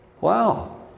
Wow